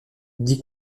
dit